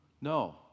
No